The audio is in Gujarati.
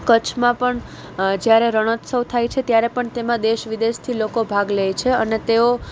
કચ્છમાં પણ જ્યારે રણોત્સવ થાય છે ત્યારે પણ તેમાં દેશ વિદેશથી લોકો ભાગ લે છે અને તેઓ